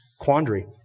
quandary